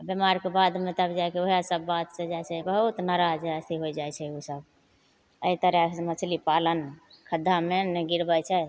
बेमारके बादमे तब जाके वएहसब बातसे बहुत नाराज अथी होइ जाइ छै ओसब एहि तरहसे मछली पालन खद्धामे नहि गिरबै छै